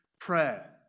prayer